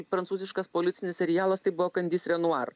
prancūziškas policinis serialas tai buvo kandys renuar